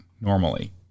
normally